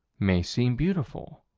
may seem beautiful.